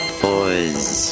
boys